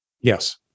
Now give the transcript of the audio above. Yes